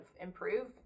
improve